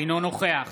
אינו נוכח